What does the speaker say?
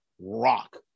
rock